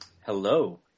Hello